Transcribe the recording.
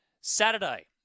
Saturday